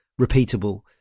repeatable